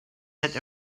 that